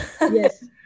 Yes